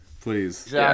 please